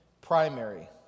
primary